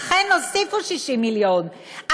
אכן הוסיפו 60 מיליון,